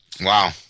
Wow